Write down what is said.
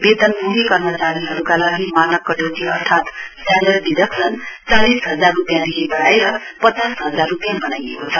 वेतनभोगी कर्मचारीहरूका लागि मानक कटौती अर्थात् स्टान्डर्ड डिडक्सन चालिस हजार रूपियाँदेखि बडाएर पचास हजार रुपियाँ बनाइएको छ